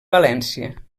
valència